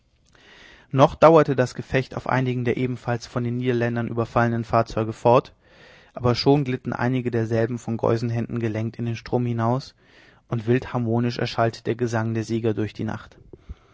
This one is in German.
noch dauerte das gefecht auf einigen der ebenfalls von den niederländern überfallenen fahrzeuge fort aber schon glitten einige derselben von geusenhänden gelenkt in den strom hinaus und wild harmonisch erschallte der gesang der sieger durch die nacht